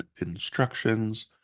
instructions